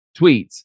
tweets